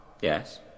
Yes